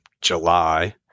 July